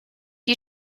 you